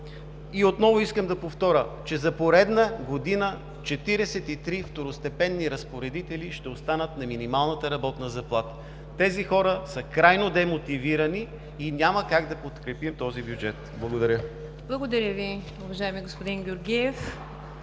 Отново искам да повторя, че за поредна година 43 второстепенни разпоредители ще останат на минималната работна заплата. Тези хора са крайно демотивирани и няма как да подкрепим този бюджет. Благодаря. ПРЕДСЕДАТЕЛ НИГЯР ДЖАФЕР: Благодаря Ви, уважаеми господин Георгиев.